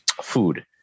food